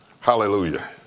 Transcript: Hallelujah